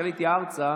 כשעליתי ארצה,